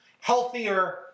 healthier